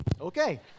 Okay